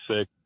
sick